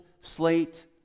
slate